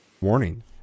Warning